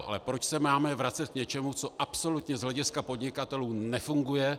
Ale proč se máme vracet k něčemu, co absolutně z hlediska podnikatelů nefunguje?